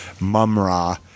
Mumra